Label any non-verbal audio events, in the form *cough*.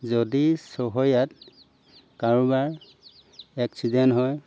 যদি *unintelligible* কাৰোবাৰ এক্সিডেণ্ট হয়